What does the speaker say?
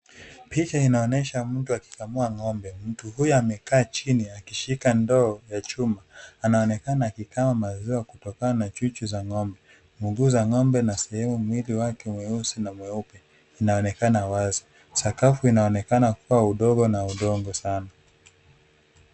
Picha inaonesha mtu akikamua ng'ombe mtu huyu amekaa chini akishika ndoo ya chuma. Anaonekana akikama maziwa kutokana na chuchu za ng'ombe. Mguu za ng'ombe na sehemu mwili wake mweusi na mweupe inaonekana wazi, sakafu inaonekana kuwa udogo na udongo sana.